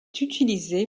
utilisé